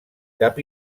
cap